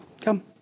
come